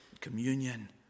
communion